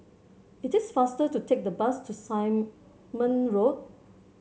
it is faster to take the bus to Simon Road